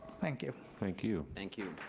thank you. thank you. thank you.